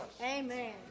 Amen